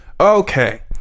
okay